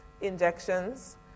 injections